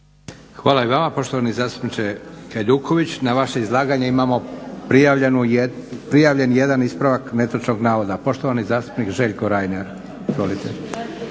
Hvala i vama poštovani zastupniče Hajduković. Na vaše izlaganje imamo prijavljen jedan ispravak netočnog navoda. Poštovani zastupnik Željko Reiner,